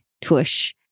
tush